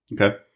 Okay